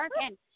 working